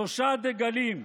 שלושה דגלים.